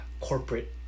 corporate